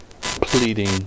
pleading